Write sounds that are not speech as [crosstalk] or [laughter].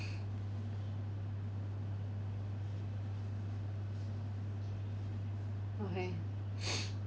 okay [noise]